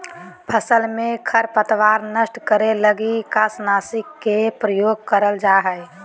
फसल में खरपतवार नष्ट करे लगी शाकनाशी के प्रयोग करल जा हइ